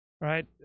right